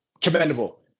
commendable